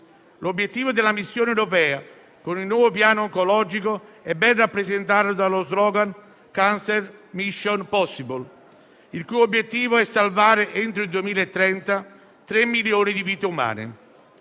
L'obiettivo della missione europea con il nuovo piano oncologico è ben rappresentato dallo *slogan* «*Cancer: mission possible*», il cui obiettivo è salvare, entro il 2030, 3 milioni di vite umane.